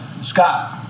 Scott